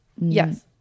Yes